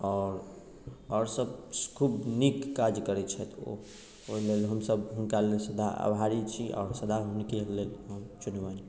आओर आओर सब खूब नीक काज करै छथि ओ ओहिलेल हमसब हुनका लेल सदा आभारी छी आओर सदा हुनके लेल हम चुनबनि